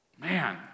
Man